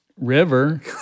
river